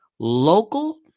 Local